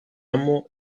amo